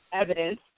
evidence